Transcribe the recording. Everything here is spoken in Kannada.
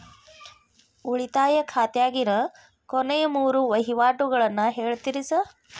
ಉಳಿತಾಯ ಖಾತ್ಯಾಗಿನ ಕೊನೆಯ ಮೂರು ವಹಿವಾಟುಗಳನ್ನ ಹೇಳ್ತೇರ ಸಾರ್?